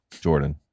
Jordan